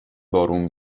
بارون